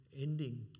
ending